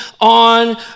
on